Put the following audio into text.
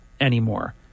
Anymore